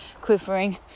quivering